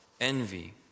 envy